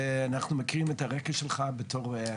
ואנחנו מכירים את הרקע שלך בתור,